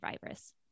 virus